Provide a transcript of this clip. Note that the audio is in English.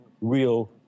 real